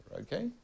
okay